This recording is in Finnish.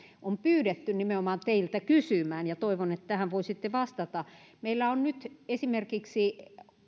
on pyydetty nimenomaan teiltä kysymään ja toivon että tähän voisitte vastata meillä on nyt esimerkiksi